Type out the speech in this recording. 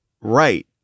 right